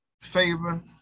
favor